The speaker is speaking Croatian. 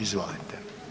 Izvolite.